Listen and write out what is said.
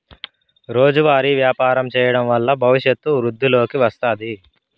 రోజువారీ వ్యాపారం చేయడం వల్ల భవిష్యత్తు వృద్ధిలోకి వస్తాది